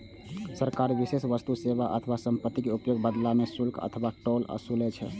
सरकार विशेष वस्तु, सेवा अथवा संपत्तिक उपयोगक बदला मे शुल्क अथवा टोल ओसूलै छै